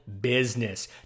business